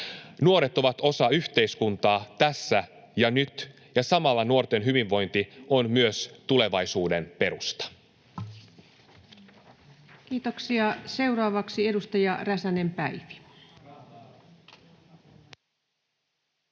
Nuoret ovat osa yhteiskuntaa tässä ja nyt, ja samalla nuorten hyvinvointi on myös tulevaisuuden perusta. [Speech 19] Speaker: Ensimmäinen